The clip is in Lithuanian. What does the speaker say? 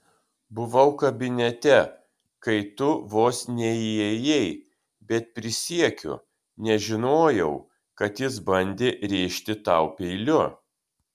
buvau kabinete kai tu vos neįėjai bet prisiekiu nežinojau kad jis bandė rėžti tau peiliu